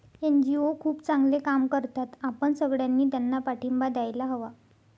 NGO खूप चांगले काम करतात, आपण सगळ्यांनी त्यांना पाठिंबा द्यायला हवा